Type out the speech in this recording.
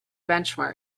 benchmark